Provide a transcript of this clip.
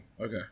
Okay